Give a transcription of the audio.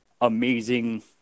amazing